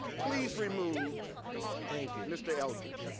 please remove thank you. mr. eldredge.